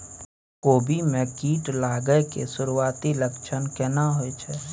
कोबी में कीट लागय के सुरूआती लक्षण केना होय छै